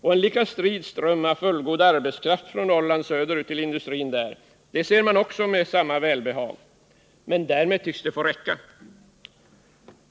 Och en lika strid ström av fullgod arbetskraft från Norrland söderut till industrin där ser man med samma välbehag, men därmed tycks det få räcka.